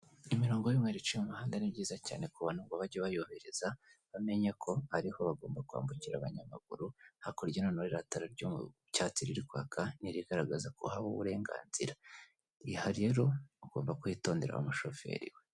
Imirongo y'umweru iciye mu muhanda, ni byiza cyane ku abantu ngo bajye bayubahiriza, bamenye ko ariho bagomba kwambukira abanyamaguru, hakurya noneho ririya tara ry'icyatsi riri kwaka, ni irigaragaza ko ahawe uburenganzira. Aha rero, ugomba kuhitondera wa umushoferi we.